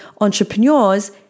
entrepreneurs